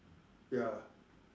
ya